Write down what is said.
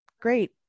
great